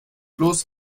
bloß